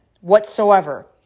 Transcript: whatsoever